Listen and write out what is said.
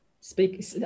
speak